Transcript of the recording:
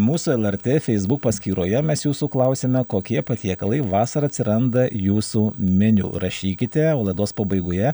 mūsų lrt feisbuk paskyroje mes jūsų klausėme kokie patiekalai vasarą atsiranda jūsų meniu rašykite o laidos pabaigoje